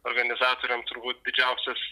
organizatoriam turbūt didžiausias